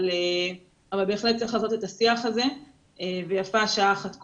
אבל בהחלט צריך לעשות את השיח הזה ויפה שעה אחת קודם,